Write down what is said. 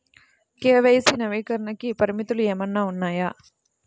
KYC నవీకరణకి పరిమితులు ఏమన్నా ఉన్నాయా?